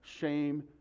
shame